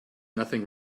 nothing